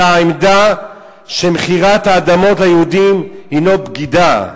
העמדה שמכירת האדמות ליהודים היא בגידה,